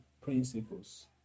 principles